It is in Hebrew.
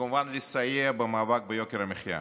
וכמובן לסייע במאבק ביוקר המחיה.